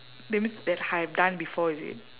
that means that I have done before is it